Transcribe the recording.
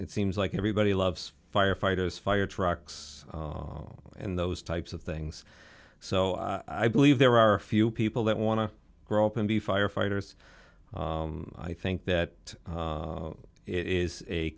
it seems like everybody loves firefighters fire trucks and those types of things so i believe there are a few people that want to grow up and be firefighters i think that it is a